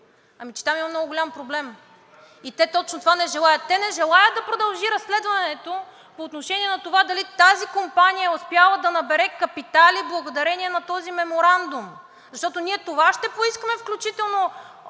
Ами, че там има много голям проблем и те точно това не желаят. Те не желаят да продължи разследването по отношение на това дали тази компания е успяла да набере капитали благодарение на този меморандум, защото ние това ще поискаме, включително